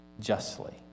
justly